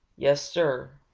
yes, sir,